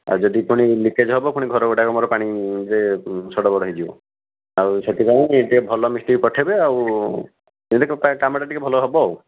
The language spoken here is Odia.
ଆଉ ଯଦି ପୁଣି ଲିକେଜ୍ ହେବ ପୁଣି ଘରଗୁଡ଼ାକ ମୋର ପାଣିରେ ସଡ଼ବଡ଼ ହେଇଯିବ ଆଉ ସେଥିପାଇଁ ଟିକିଏ ଭଲ ମିସ୍ତ୍ରୀ ପଠାଇବେ ଆଉ ଯେମିତି କାମଟା ଟିକିଏ ଭଲ ହେବ ଆଉ